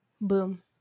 boom